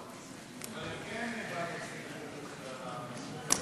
עבד אל חכים חאג' יחיא,